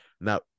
now